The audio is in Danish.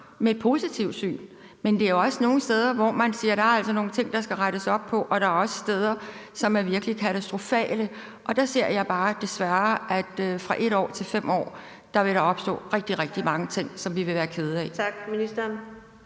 med et positivt syn. Men der er også nogle steder, hvor man siger, at der altså er nogle ting, der skal rettes op på, og der er også steder, som er virkelig katastrofale. Der ser jeg bare desværre, at ved at gå fra 1 år til 5 år vil der opstå rigtig mange ting, som vi vil være kede af.